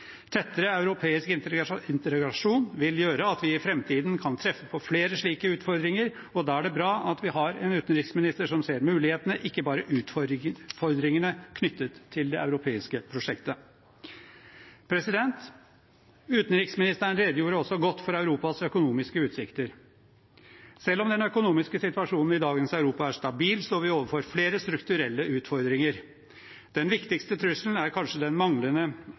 Tettere europeisk integrasjon vil gjøre at vi i framtiden kan treffe på flere slike utfordringer, og da er det bra at vi har en utenriksminister som ser mulighetene – ikke bare utfordringene – knyttet til det europeiske prosjektet. Utenriksministeren redegjorde også godt for Europas økonomiske utsikter. Selv om den økonomiske situasjonen i dagens Europa er stabil, står vi overfor flere strukturelle utfordringer. Den viktigste trusselen er kanskje det manglende